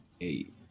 eight